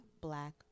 Black